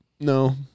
No